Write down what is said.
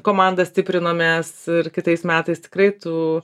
komandą stiprinamės ir kitais metais tikrai tų